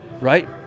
right